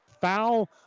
foul